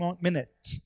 minute